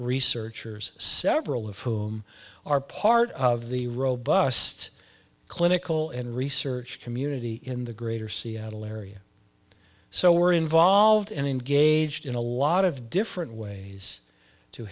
researchers several of whom are part of the robust clinical and research community in the greater seattle area so we're involved and engaged in a lot of different ways to